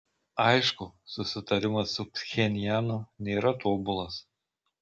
aišku susitarimas su pchenjanu nėra tobulas